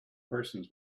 persons